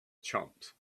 chumps